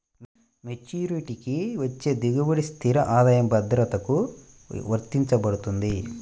మెచ్యూరిటీకి వచ్చే దిగుబడి స్థిర ఆదాయ భద్రతకు వర్తించబడుతుంది